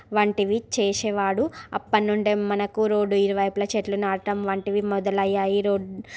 వంటివి చేసేవాడు అప్పటి నుండి మనకు రోడ్డు ఇరువైపులా చెట్లు నాటడం వంటివి మొదలు అయ్యాయి రోడ్లు